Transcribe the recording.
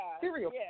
cereal